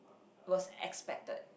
was expected